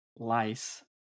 lice